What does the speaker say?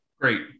Great